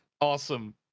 Awesome